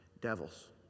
devils